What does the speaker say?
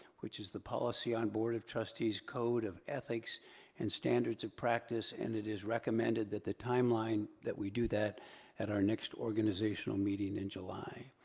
which is the policy on board of trustees code of ethics and standards of practice. and it is recommended that the timeline that we do that at our next organizational meeting in july.